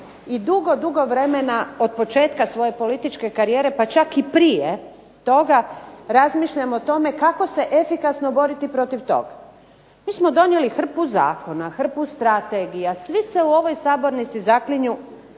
i dugo, dugo vremena od početka svoje političke karijere pa čak i prije toga razmišljam o tome kako se efikasno boriti protiv tog. Mi smo donijeli hrpu zakona, hrpu strategija. Svi se u ovoj sabornici zaklinju